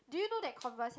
do you know that Converse had